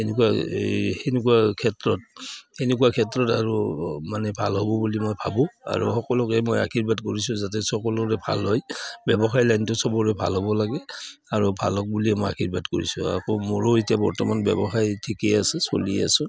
এনেকুৱা এই সেনেকুৱা ক্ষেত্ৰত সেনেকুৱা ক্ষেত্ৰত আৰু মানে ভাল হ'ব বুলি মই ভাবোঁ আৰু সকলোকে মই আশীৰ্বাদ কৰিছোঁ যাতে সকলোৰে ভাল হয় ব্যৱসায় লাইনটো সবৰে ভাল হ'ব লাগে আৰু ভাল হক বুলিয়ে মই আশীৰ্বাদ কৰিছোঁ আকৌ মোৰো এতিয়া বৰ্তমান ব্যৱসায় ঠিকেই আছে চলি আছোঁ